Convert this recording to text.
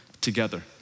together